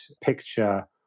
picture